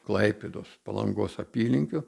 klaipėdos palangos apylinkių